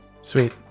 Sweet